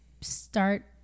start